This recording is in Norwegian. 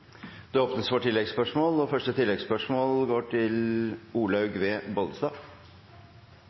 Det åpnes for oppfølgingsspørsmål – først Olaug V. Bollestad.